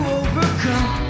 overcome